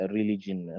Religion